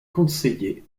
conseillers